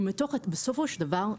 בסופו של דבר,